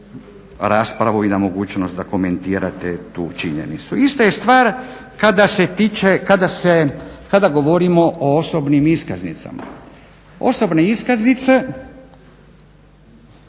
raspravu i na mogućnost da komentirate tu činjenicu. Ista je stvar kada se tiče, kada govorimo o osobnim iskaznicama. Osobne iskaznice